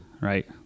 right